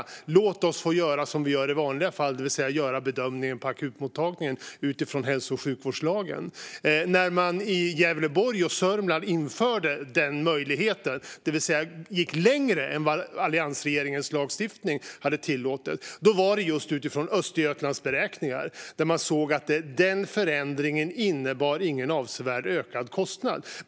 De säger: Låt oss få göra som vi gör i vanliga fall, det vill säga göra bedömningen på akutmottagningen utifrån hälso och sjukvårdslagen. När Gävleborg och Sörmland införde en sådan möjlighet, det vill säga gick längre än vad alliansregeringens lagstiftning hade tillåtit, var det utifrån Östergötlands beräkningar, där man såg att denna förändring inte innebar någon avsevärt ökad kostnad.